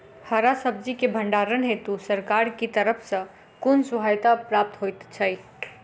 हरा सब्जी केँ भण्डारण हेतु सरकार की तरफ सँ कुन सहायता प्राप्त होइ छै?